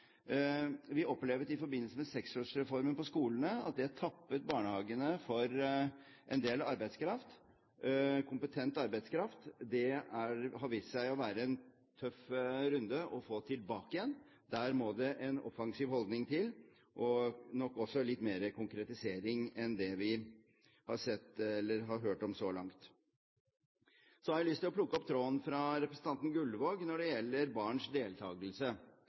Vi opplevde i forbindelse med seksårsreformen i skolen at det tappet barnehagene for en del kompetent arbeidskraft. Det har vist seg å være en tøff runde å få det tilbake igjen. Der må det en offensiv holdning til og nok også litt mer konkretisering enn det vi har sett, eller har hørt om, så langt. Så har jeg lyst til å plukke opp tråden fra representanten Gullvåg når det gjelder barns